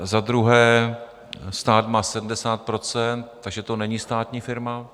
Za druhé, stát má 70 %, takže to není státní firma.